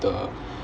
the